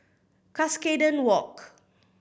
Cuscaden Walk